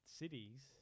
cities